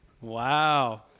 Wow